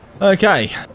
Okay